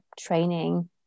training